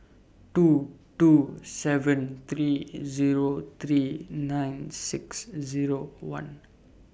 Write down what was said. two two seven three Zero three nine six Zero one